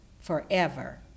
forever